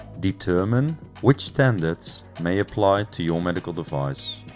determine which standards may apply to your medical device.